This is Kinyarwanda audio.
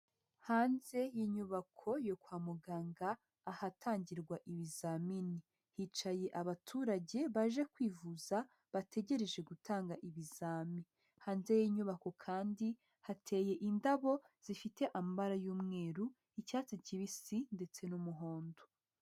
Hanze y'inyubako yo kwa muganga ahatangirwa ibizamini. Hicaye abaturage baje kwivuza bategereje gutanga ibizami. Hanze y'inyubako kandi hateye indabo zifite amabara y'umweru, icyatsi kibisi ndetse n'umuhondo.